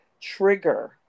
trigger